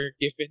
given